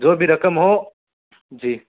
جو بھی رقم ہو جی